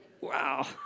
Wow